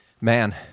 man